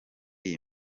iyi